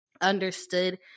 understood